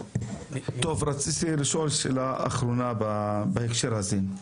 רציתי לשאול שאלה אחרונה בהקשר הזה.